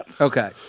Okay